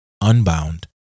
unbound